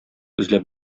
эзләп